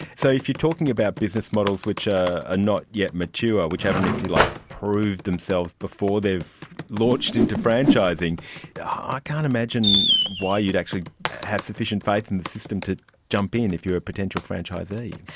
so if you are talking about business models which are ah not yet mature, which haven't, if you like, proved themselves before they have launched into franchising, ah i can't imagine why you'd actually have sufficient faith in the system to jump in and if you were a potential franchisee.